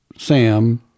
Sam